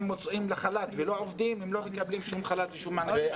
מוצאים לחל"ת ולא עובדים הם לא מקבלים שום חל"ת ושום מענקים.